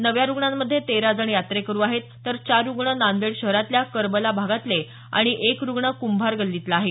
नव्या रुग्णांमध्ये तेरा जण यात्रेकरू आहेत तर चार रुग्ण नांदेड शहरातल्या करबला भागातले आणि एक रुग्ण कुंभार गल्लीतला आहे